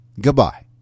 Goodbye